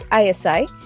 ISI